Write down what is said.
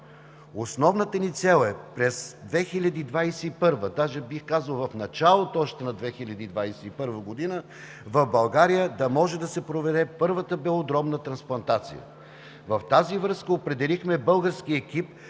Основната ни цел е през 2021 г., даже бих казал в началото още на 2021 г., в България да може да се проведе първата белодробна трансплантация. В тази връзка определихме български екип,